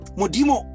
modimo